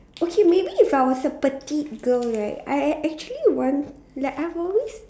okay maybe if I was a petite girl right I I actually want like I've always